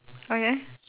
okay